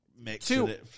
Two